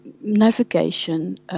navigation